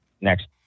next